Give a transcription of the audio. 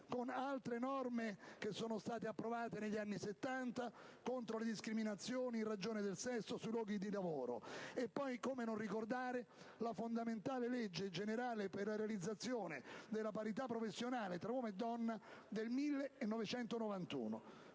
con altre norme che sono state approvate negli anni Settanta contro le discriminazioni in ragione del sesso sui luoghi di lavoro. E poi, come non ricordare la fondamentale legge generale per la realizzazione della parità professionale tra uomo e donna del 1991?